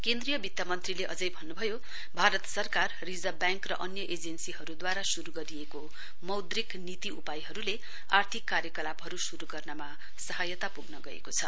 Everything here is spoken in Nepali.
केन्द्रीय वित्त मन्त्रीले अझै भन्नुभयो भारत सरकार रिजर्भ ब्याङक र अन्य एजेन्सीहरूद्वारा शुरू गरिएको मौद्रिक नीति उपायहरूले आर्थिक कार्यकलापहरू शुरू गर्नका सहायता पुग्न आएको छ